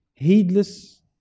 heedless